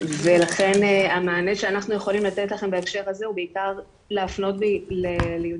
ולכן המענה שאנחנו יכולים לתת לכם בהקשר הזה הוא בעיקר להפנות ליו"ש,